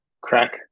crack